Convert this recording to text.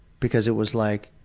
because it was like,